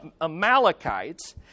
Amalekites